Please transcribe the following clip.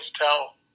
tell